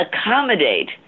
accommodate